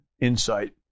insight